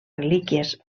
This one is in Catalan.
relíquies